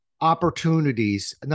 opportunities